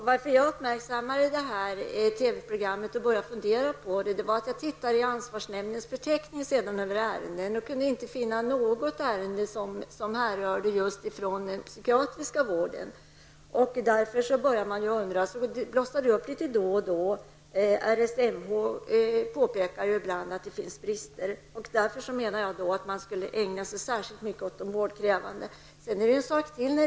Herr talman! Anledningen till att jag har uppmärksammat detta TV-program och börjat fundera beror på att jag har tittat i ansvarsnämndens förteckning över ärenden. Jag har inte kunnat finna något ärende som härrör från den psykiatriska vården. Dessa frågor blossar upp då och då. RSMH påpekar ibland att det finns brister. Därför menar jag att man skall ägna sig särskilt mycket åt de vårdkrävande patienterna.